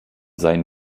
seien